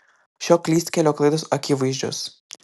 šio klystkelio klaidos akivaizdžios